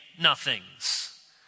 nothings